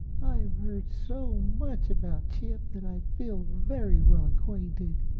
i've heard so much about chip that i feel very well acquainted.